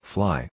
Fly